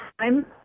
time